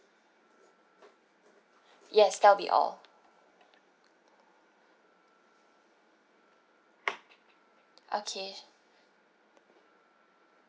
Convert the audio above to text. yes that will be all okay